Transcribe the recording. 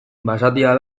basatia